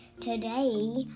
today